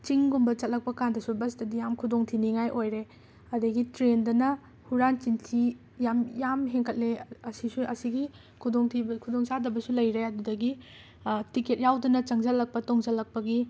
ꯆꯤꯡꯒꯨꯝꯕ ꯆꯠꯂꯛꯄ ꯀꯥꯟꯗꯁꯨ ꯕꯁꯇꯗꯤ ꯌꯥꯝꯅ ꯈꯨꯗꯣꯡ ꯊꯤꯅꯤꯡꯉꯥꯏ ꯑꯣꯏꯔꯦ ꯑꯗꯒꯤ ꯇ꯭ꯔꯦꯟꯗꯅ ꯍꯨꯔꯥꯟ ꯆꯤꯟꯊꯤ ꯌꯥꯝ ꯌꯥꯝ ꯍꯦꯟꯀꯠꯂꯦ ꯑꯁꯤꯁꯨ ꯑꯁꯤꯒꯤ ꯈꯨꯗꯣꯡꯊꯤꯕ ꯈꯨꯗꯣꯡꯆꯥꯗꯕꯁꯨ ꯂꯩꯔꯦ ꯑꯗꯨꯗꯒꯤ ꯇꯤꯀꯦꯠ ꯌꯥꯎꯗꯅ ꯆꯪꯁꯤꯜꯂꯛꯄ ꯇꯣꯡꯁꯤꯜꯂꯛꯄꯒꯤ